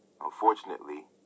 Unfortunately